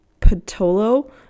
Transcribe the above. Patolo